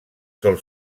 sol